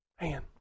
Man